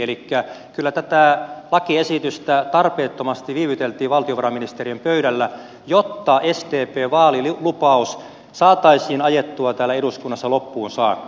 elikkä kyllä tätä lakiesitystä tarpeettomasti viivyteltiin valtiovarainministeriön pöydällä jotta sdpn vaalilupaus saataisiin ajettua täällä eduskunnassa loppuun saakka